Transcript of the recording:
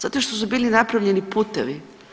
Zato što su bili napravljeni putevi.